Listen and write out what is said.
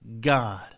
God